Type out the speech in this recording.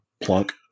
plunk